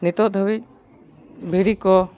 ᱱᱤᱛᱚᱜ ᱫᱷᱟᱹᱵᱤᱡ ᱵᱷᱤᱰᱤ ᱠᱚ